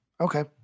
okay